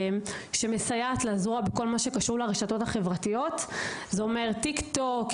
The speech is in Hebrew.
שמסייעת לזרוע בכל הקשור לרשתות החברתיות כמו: טיק טוק,